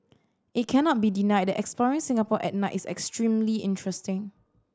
it cannot be denied that exploring Singapore at night is extremely interesting